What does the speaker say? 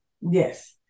Yes